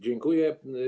Dziękuję.